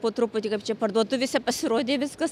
po truputį kaip čia parduotuvėse pasirodė viskas